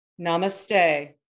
namaste